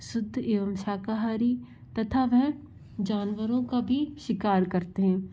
शुद्ध एवं शाकाहारी तथा वे जानवरों का भी शिकार करते हैं